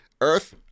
Earth